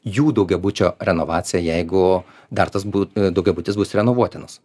jų daugiabučio renovacija jeigu dar tas būt daugiabutis bus renovuotinas